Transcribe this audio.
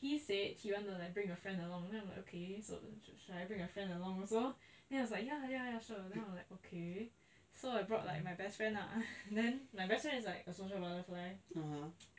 he said he want to like bring a friend along then I'm like okay so should I bring a friend along also then he like ya ya sure then I was like okay so I brought my best friend lah then my best friend is like a social butterfly